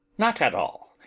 not at all.